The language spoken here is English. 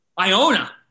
Iona